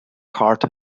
cart